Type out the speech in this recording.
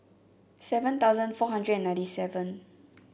seven thousand four hundred and ninety seven